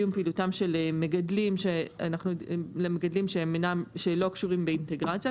פעילותם של מגדלים שלא קשורים באינטגרציה,